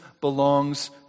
belongs